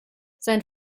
sein